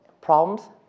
problems